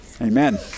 Amen